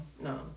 No